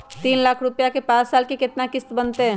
तीन लाख रुपया के पाँच साल के केतना किस्त बनतै?